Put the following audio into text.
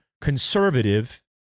conservative